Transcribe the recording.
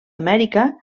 amèrica